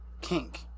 kink